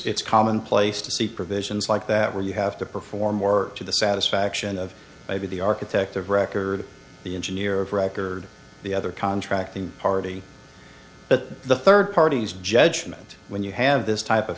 commonplace to see provisions like that where you have to perform more to the satisfaction of the architect of record the engineer of record the other contracting party but the third parties judgment when you have this type of